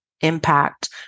impact